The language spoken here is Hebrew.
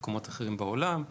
במקומות אחרים בעולם.